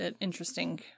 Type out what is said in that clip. interesting